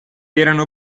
erano